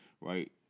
right